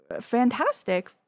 fantastic